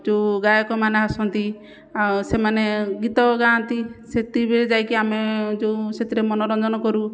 ଯେଉଁ ଗାୟକମାନେ ଆସନ୍ତି ଆ ସେମାନେ ଗୀତ ଗାଆନ୍ତି ସେତିକିବେଳେ ଯାଇକି ଆମେ ଯେଉଁ ସେଥିରେ ମନୋରଞ୍ଜନ କରୁ